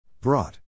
Brought